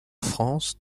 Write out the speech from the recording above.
france